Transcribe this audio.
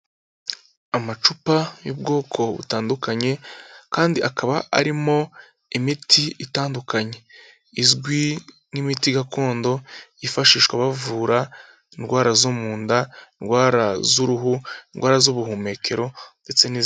Amacupa y'ubwoko butandukanye kandi akaba arimo imiti itandukanye izwi nk'imiti gakondo yifashishwa bavura indwara zo mu nda, indwara z'uruhu, indwara z'ubuhumekero ndetse n'izindi.